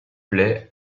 plaît